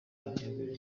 nk’igihugu